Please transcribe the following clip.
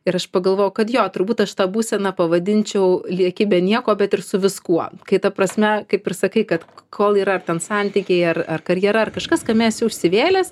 ir aš pagalvojau kad jo turbūt aš tą būseną pavadinčiau lieki be nieko bet ir su viskuo kai ta prasme kaip ir sakai kad kol yra ar ten santykiai ar ar karjera ar kažkas kame esi užsivėlęs